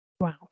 Wow